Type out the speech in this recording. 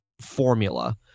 formula